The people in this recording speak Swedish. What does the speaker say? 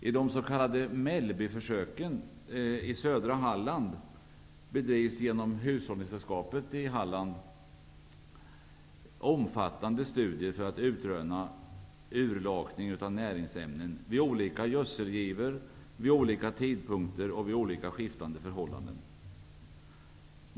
I de s.k. Mellbyförsöken i södra Halland omfattande studier för att utröna urlakningen av näringsämnen vid olika gödselgivor, vid olika tidpunkter och vid skiftande förhållanden.